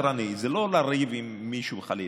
זה לא חוק קנטרני, זה לא לריב עם מישהו, חלילה.